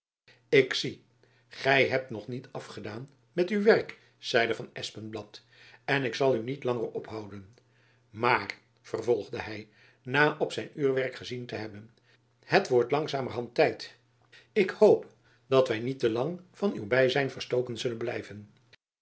ik zie gy hebt nog niet afgedaan met uw werk zeide van espenblad en ik zal u niet langer ophouden maar vervolgde hy na op zijn uurwerk gezien te hebben het wordt langzamerhand tijd ik hoop dat wy niet te lang van uw byzijn verstoken zullen blijven